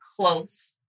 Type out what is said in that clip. close